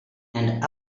and